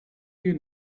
you